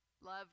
love